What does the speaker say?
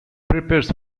prepares